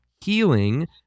healing